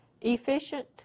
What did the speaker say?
efficient